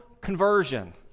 conversion